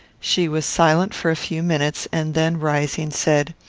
she was silent for a few minutes, and then, rising, said,